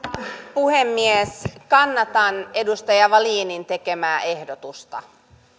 puhemies kannatan edustaja wallinin tekemää ehdotusta